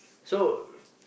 so